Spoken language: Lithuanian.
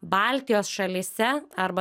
baltijos šalyse arba